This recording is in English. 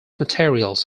materials